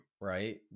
right